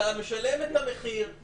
אתה משלם את המחיר,